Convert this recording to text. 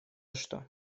что